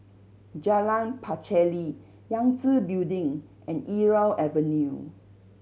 Jalan Pacheli Yangtze Building and Irau Avenue